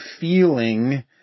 feeling